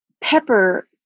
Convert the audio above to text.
pepper